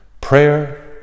Prayer